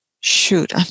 Shoot